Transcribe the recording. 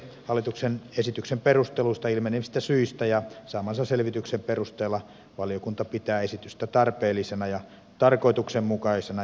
hallituksen esityksen perusteluista ilmenevistä syistä ja saamansa selvityksen perusteella valiokunta pitää esitystä tarpeellisena ja tarkoituksenmukaisena